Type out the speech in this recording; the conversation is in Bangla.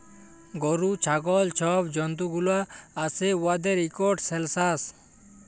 গরু, ছাগল ছব জল্তুগুলা আসে উয়াদের ইকট সেলসাস